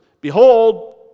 Behold